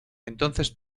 entonces